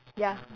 ya